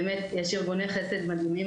באמת יש ארגוני חסד מדהימים,